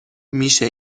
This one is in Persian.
میشه